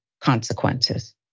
consequences